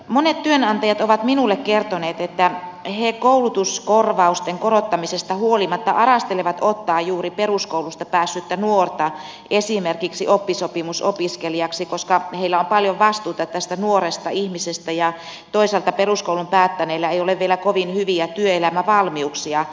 monet työnantajat ovat minulle kertoneet että he koulutuskorvausten korottamisesta huolimatta arastelevat ottaa juuri peruskoulusta päässyttä nuorta esimerkiksi oppisopimusopiskelijaksi koska heillä on paljon vastuuta tästä nuoresta ihmisestä ja toisaalta peruskoulun päättäneillä ei ole vielä kovin hyviä työelämävalmiuksia